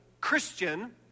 Christian